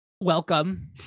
Welcome